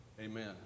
Amen